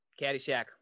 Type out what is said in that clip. Caddyshack